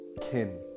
kin